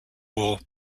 war